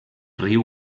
riu